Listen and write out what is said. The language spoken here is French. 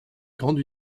grande